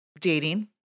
dating